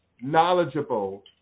knowledgeable